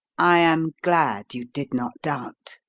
i am glad you did not doubt,